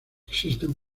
existen